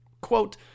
quote